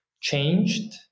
changed